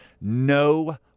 no